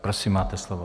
Prosím, máte slovo.